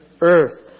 earth